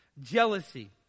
Jealousy